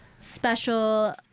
special